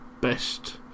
best